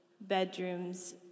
bedrooms